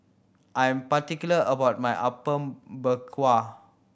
I am particular about my Apom Berkuah